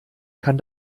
kann